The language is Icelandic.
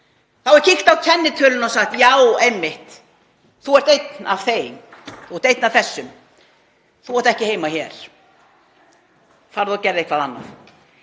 er kíkt á kennitöluna og sagt: Já, einmitt, þú ert einn af þeim. Þú ert einn af þessum. Þú átt ekki heima hér. Farðu og gerðu eitthvað annað.